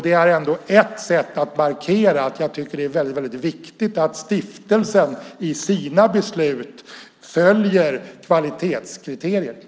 Det är ett sätt att markera att jag tycker att det är viktigt att stiftelsen i sina beslut följer kvalitetskriterierna.